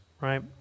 right